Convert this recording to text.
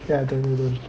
ya don't don't don't